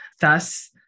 Thus